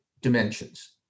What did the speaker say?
dimensions